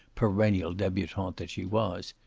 perennial debutante that she was,